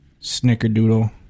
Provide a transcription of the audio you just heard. Snickerdoodle